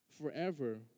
Forever